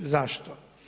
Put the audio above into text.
Zašto?